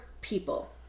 people